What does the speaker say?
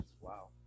Wow